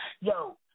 Yo